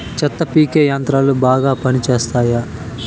చెత్త పీకే యంత్రాలు బాగా పనిచేస్తాయా?